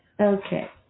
Okay